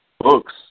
books